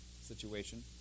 situation